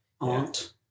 Aunt